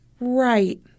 Right